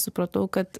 supratau kad